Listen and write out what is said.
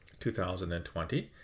2020